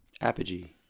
Apogee